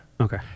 Okay